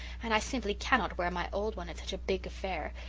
and i simply cannot wear my old one at such a big affair.